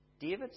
David